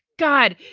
god,